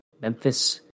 Memphis